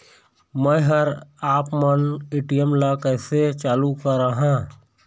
मैं हर आपमन ए.टी.एम ला कैसे चालू कराहां?